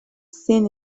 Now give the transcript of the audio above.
seen